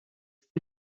éste